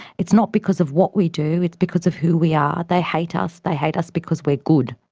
it's not because of what we do, it's because of who we are. they hate us. they hate us because we're good.